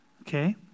okay